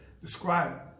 describe